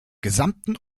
gesamten